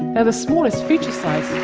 and the smallest feature size,